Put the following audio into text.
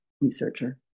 researcher